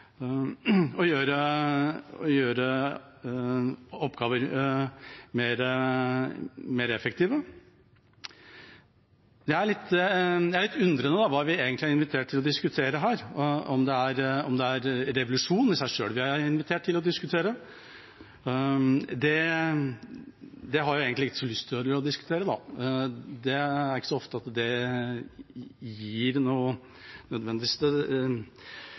og gjøre oppgaver mer effektive. Jeg er litt undrende til hva vi egentlig er invitert til å diskutere her, og om det er revolusjon i seg selv vi er invitert til å diskutere. Det har jeg egentlig ikke så lyst til å diskutere, for det er ikke så ofte at det nødvendigvis gir det